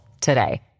today